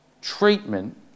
treatment